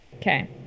Okay